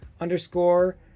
underscore